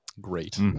great